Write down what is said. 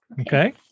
Okay